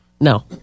no